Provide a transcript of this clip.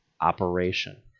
operation